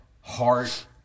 heart